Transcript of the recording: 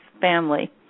family